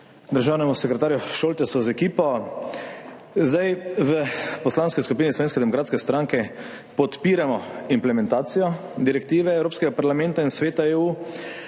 državnemu sekretarju Šoltesu z ekipo! V Poslanski skupini Slovenske demokratske stranke podpiramo implementacijo direktive Evropskega parlamenta in Sveta EU